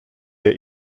der